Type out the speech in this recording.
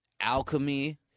alchemy